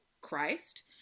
Christ